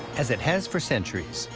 as it has for centuries,